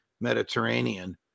Mediterranean